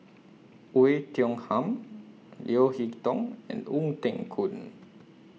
Oei Tiong Ham Leo Hee Tong and Ong Teng Koon